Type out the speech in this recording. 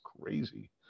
crazy